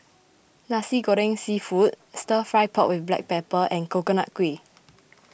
Nasi Goreng Seafood Stir Fry Pork with Black Pepper and Coconut Kuih